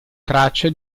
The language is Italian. traccia